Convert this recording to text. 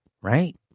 right